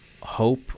hope